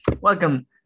Welcome